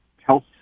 health